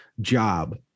job